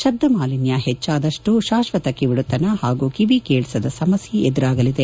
ಶಬ್ದಮಾಲಿನ್ಯ ಹೆಚ್ಚಾದವು ಶಾಶ್ವಕ ಕಿವುಡುತನ ಪಾಗೂ ಕಿವಿ ಕೇಳಿಸದ ಸಮಸ್ತೆ ಎದುರಾಗಲಿದೆ